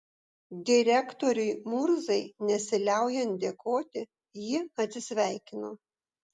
direktoriui murzai nesiliaujant dėkoti ji atsisveikino